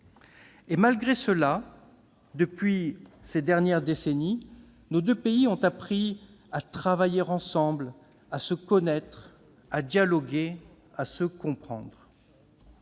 Et malgré cela, depuis ces dernières décennies, nos deux pays ont appris à travailler ensemble, à se connaître, à dialoguer, à se comprendre.